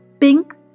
pink